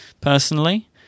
personally